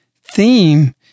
theme